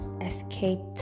escaped